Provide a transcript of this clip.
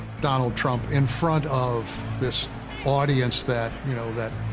donald trump in front of this audience that, you know, that,